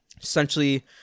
Essentially